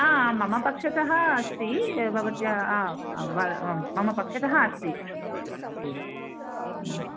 मम पक्षतः अस्ति भवत्या मम पक्षतः अस्ति मम